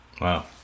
Wow